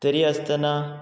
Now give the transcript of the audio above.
तरी आसतना